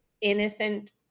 innocent